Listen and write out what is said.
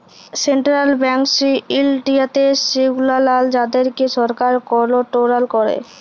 central banks ইনডিয়াতে সেগুলান যাদেরকে সরকার কনটোরোল ক্যারে